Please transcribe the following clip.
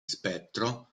spettro